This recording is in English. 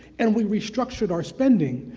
and we restructured our spending,